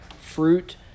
fruit